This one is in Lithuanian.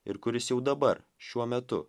ir kuris jau dabar šiuo metu